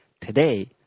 today